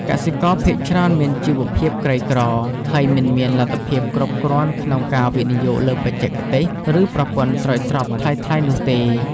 កសិករភាគច្រើនមានជីវភាពក្រីក្រ ហើយមិនមានលទ្ធភាពគ្រប់គ្រាន់ក្នុងការវិនិយោគលើបច្ចេកទេស ឬប្រព័ន្ធស្រោចស្រពថ្លៃៗនោះទេ។